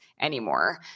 anymore